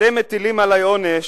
אתם מטילים עלי עונש,